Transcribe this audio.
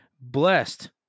blessed